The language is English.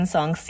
Song